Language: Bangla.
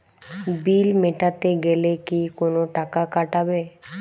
বিল মেটাতে গেলে কি কোনো টাকা কাটাবে?